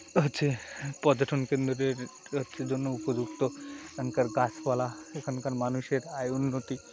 হচ্ছে পর্যটন কেন্দ্রের হচ্ছে জন্য উপযুক্ত এখানকার গাছপালা এখানকার মানুষের আয় উন্নতি